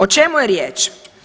O čemu je riječ?